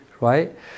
Right